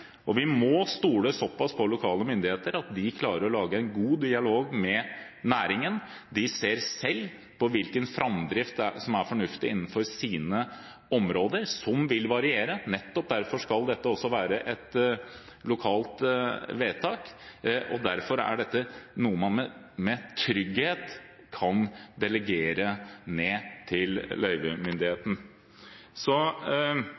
løyvemyndigheten. Vi må stole såpass på lokale myndigheter at de klarer å ha en god dialog med næringen. De ser selv hvilken framdrift som er fornuftig innenfor sine områder, som vil variere. Nettopp derfor skal dette også være et lokalt vedtak, og derfor er dette noe man med trygghet kan delegere ned til